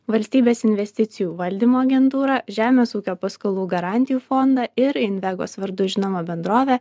valstybės investicijų valdymo agentūrą žemės ūkio paskolų garantijų fondą ir invegos vardu žinomą bendrovę